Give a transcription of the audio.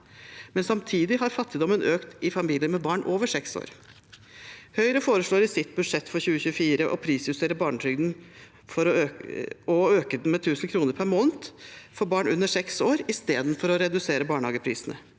Samtidig har fattigdommen økt i familier med barn over seks år. Høyre foreslår i sitt budsjett for 2024 å prisjustere barnetrygden og øke den med 1 000 kr per måned for barn under seks år istedenfor å redusere barnehageprisene.